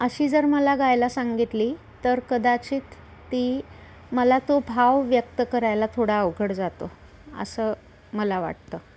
अशी जर मला गायला सांगितली तर कदाचित ती मला तो भाव व्यक्त करायला थोडा अवघड जातो असं मला वाटतं